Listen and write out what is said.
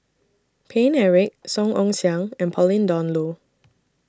Paine Eric Song Ong Siang and Pauline Dawn Loh